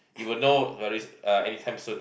you will know very uh anytime soon lah